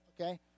okay